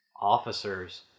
officers